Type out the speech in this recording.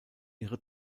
ihre